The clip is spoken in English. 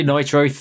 Nitro